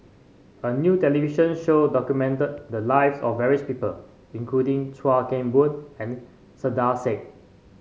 a new television show documented the lives of various people including Chuan Keng Boon and Saiedah Said